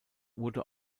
wurde